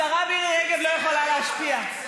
השרה מירי רגב לא יכולה להשפיע.